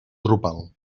drupal